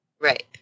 Right